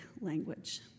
language